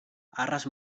arras